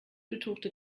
betuchte